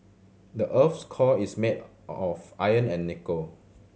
the earth's core is made of iron and nickel